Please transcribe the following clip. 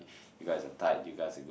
you guys are tight you guys are good